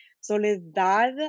Soledad